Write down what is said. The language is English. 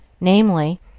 namely